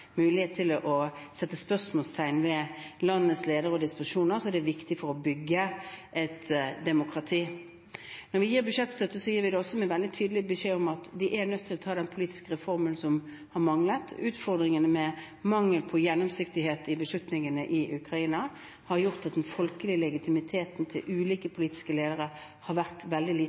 mulighet til å sette spørsmålstegn ved landets leder og disposisjoner, er viktig for å bygge et demokrati. Når vi gir budsjettstøtte, gir vi det også med veldig tydelig beskjed om at de er nødt til å ta den politiske reformen som har manglet. Utfordringene med mangel på gjennomsiktighet i beslutningene i Ukraina har gjort at den folkelige legitimiteten til ulike politiske ledere har vært veldig